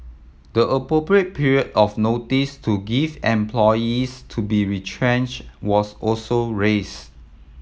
the appropriate period of notice to give employees to be retrenched was also raised